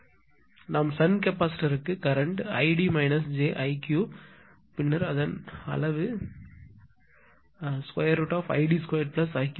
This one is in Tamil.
நாம் ஷன்ட் கெப்பாசிட்டர்க்கு கரண்ட் id jiq பின்னர் அதன் அளவு id2iq2